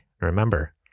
Remember